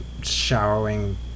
showering